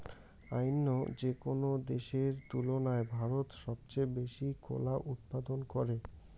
অইন্য যেকোনো দেশের তুলনায় ভারত সবচেয়ে বেশি কলা উৎপাদন করে